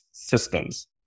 systems